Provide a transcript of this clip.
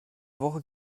woche